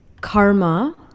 Karma